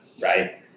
right